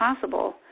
possible